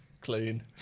clean